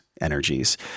energies